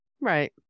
Right